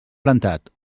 plantat